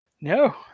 No